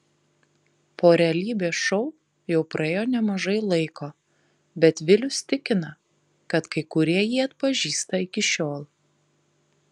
po realybės šou jau praėjo nemažai laiko bet vilius tikina kad kai kurie jį atpažįsta iki šiol